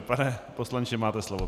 Pane poslanče, máte slovo.